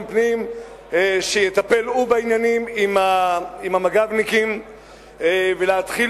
פנים שיטפל הוא בעניינים עם המג"בניקים ולהתחיל